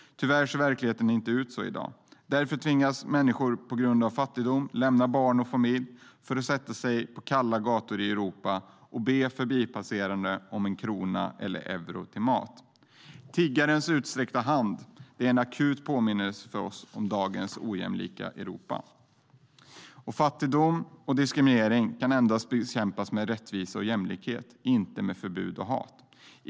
Tyvärr ser verkligheten inte ut så i dag. På grund av fattigdom tvingas människor lämna barn och familj för att sätta sig på kalla gator i Europa och be förbipasserande om en krona eller euro till mat. Tiggarens utsträckta hand är en akut påminnelse om dagens ojämlika Europa. Fattigdom och diskriminering kan endast bekämpas med rättvisa och jämlikhet, inte med förbud och hat.